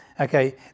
okay